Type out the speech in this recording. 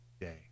day